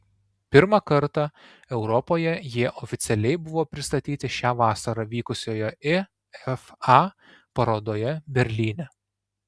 pirmą kartą europoje jie oficialiai buvo pristatyti šią vasarą vykusioje ifa parodoje berlyne